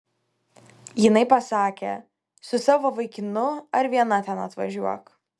jinai pasakė su savo vaikinu ar viena ten atvažiuok